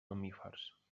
mamífers